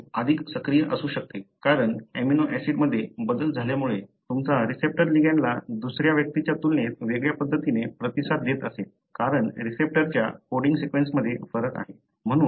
enzyme अधिक सक्रिय असू शकते कारण एमिनो ऍसिडमध्ये बदल झाल्यामुळे तुमचा रिसेप्टर लिगँड ला दुसऱ्या व्यक्तीच्या तुलनेत वेगळ्या पद्धतीने प्रतिसाद देत असेल कारण रिसेप्टरच्या कोडिंग सीक्वेन्समध्ये फरक आहे